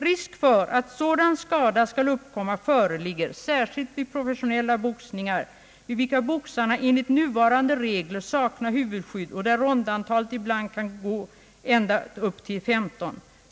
Risk för att sådan skada skall uppkomma, föreligger särskilt vid professionella boxningar, vid vilka boxarna enligt nuvarande regler sakna huvudskydd och där rondantalet ibland kan uppgå ända till 15.